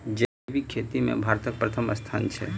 जैबिक खेती मे भारतक परथम स्थान छै